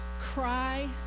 cry